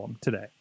today